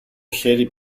χέρι